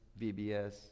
VBS